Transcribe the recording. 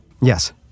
Yes